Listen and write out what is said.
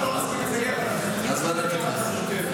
אז ועדת הכנסת.